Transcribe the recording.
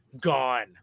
gone